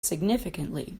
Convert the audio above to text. significantly